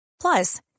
Plus